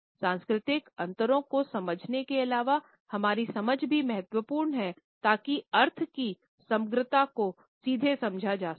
सांस्कृतिक अंतरों को समझने के अलावा हमारी समझ भी महत्वपूर्ण है ताकि अर्थ की समग्रता को सीधे समझा जा सके